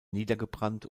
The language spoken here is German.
niedergebrannt